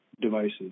devices